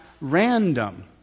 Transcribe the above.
random